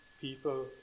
people